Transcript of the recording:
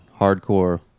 hardcore